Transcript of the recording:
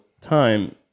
time